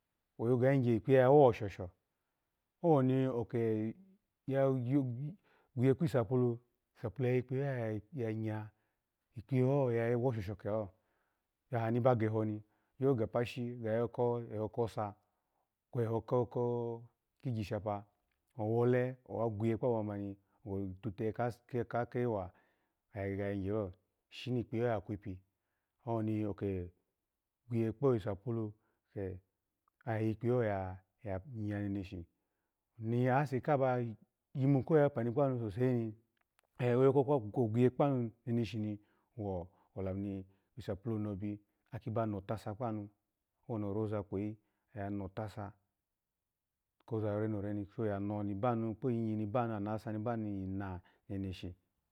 Kwe oga yigye kpiye ya woshosho, owoni akeya gwinye gbi- gbisapulu, sapulu ya yikpiyeho ya nya kpiyeho ya woshoshe kelo, bihani na geho ni gya gapashji ga yoko kwaho kosa, kwaho gishapa owshe owa gwinye kpalo mamani oya tutehe kase kewa oya gege yayi gyelo shini kpiyeho ya kwipi owoni oke gwinye kpisapule ke oya yikpiyeho ya nya menushi, ni aseka ba yimu ko ya bani kpanu sosu ni kwe ogwinye kpanu neneshi wo lami ni sapulu nobi aki bano tasa kpanu, owoni oroza kweyi, oya notasa koza rore nore ni, kpi ano ni banu kpo myi ni banu kpo anasa ni banu yi na neneshi.